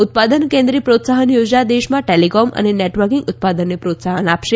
ઉત્પાદન કેન્દ્રી પ્રોત્સાહન યોજના દેશમાં ટેલિકોમ અને નેટવર્કિંગ ઉત્પાદનને પ્રોત્સાહન આપશે